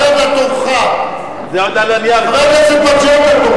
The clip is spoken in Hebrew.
יריב, עוד לא נעשה כלום.